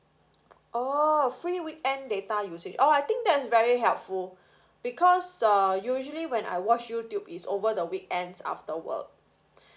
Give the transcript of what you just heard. oh free weekend data usage oh I think that's very helpful because uh usually when I watch YouTube is over the weekends after work